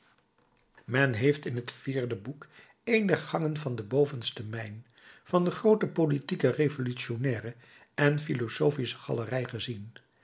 men heeft in het vierde boek een der gangen van de bovenste mijn van de groote politieke revolutionaire en philosophische galerij gezien